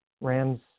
Rams